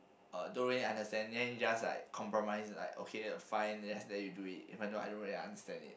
uh don't really understand then just like compromise like okay fine just let you do it even though I don't really understand it